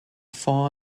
four